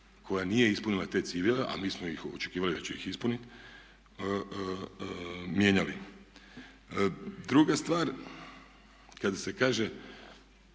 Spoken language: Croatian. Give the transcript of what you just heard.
koja nije ispunila te ciljeve, a mi smo ih očekivali da će ih ispuniti mijenjali. Druga stvar, kada se kaže